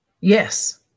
Yes